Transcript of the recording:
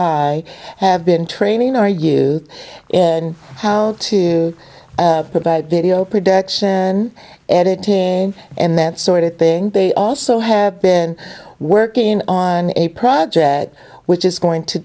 i have been training are you in how to provide video production editing and that sort of thing they also have been working on a project that which is going to